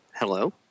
Hello